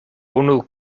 unu